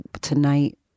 tonight